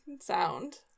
sound